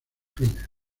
fines